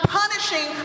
punishing